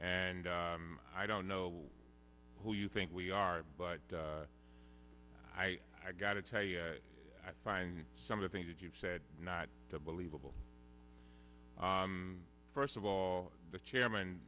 and i don't know who you think we are but i gotta tell you i find some of the things that you've said not to believable first of all the chairman